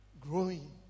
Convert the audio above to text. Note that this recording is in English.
Growing